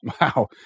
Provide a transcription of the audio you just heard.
Wow